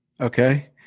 okay